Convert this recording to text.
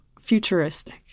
futuristic